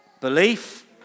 Belief